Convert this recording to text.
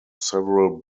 several